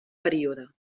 període